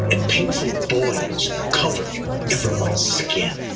and painful boils covered everyone's skin.